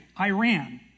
Iran